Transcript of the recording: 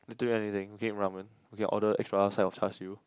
I do anything we can eat ramen we can order extra side of Char-Siew